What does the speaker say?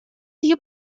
دیگه